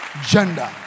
gender